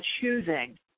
choosing